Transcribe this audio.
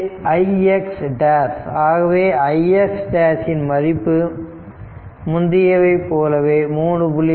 இது ix' ஆகவே இதில் ix' இன் மதிப்பு முந்தியவை போலவே 3